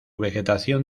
vegetación